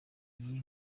iyi